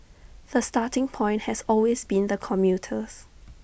the starting point has always been the commuters